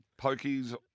pokies